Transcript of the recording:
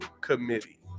committee